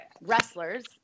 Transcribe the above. wrestlers